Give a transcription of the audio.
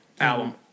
album